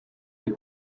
les